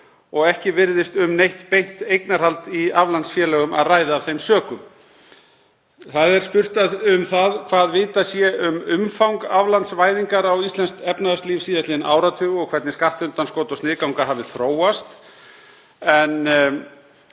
og ekki virðist um neitt beint eignarhald í aflandsfélögum að ræða af þeim sökum. Spurt er um hvað vitað sé um umfang aflandsvæðingar á íslenskt efnahagslíf síðastliðinn áratug og hvernig skattundanskot og sniðganga hafi þróast.